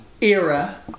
era